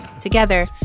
Together